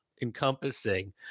encompassing